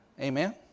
Amen